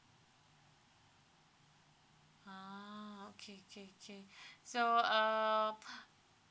ah okay K K so uh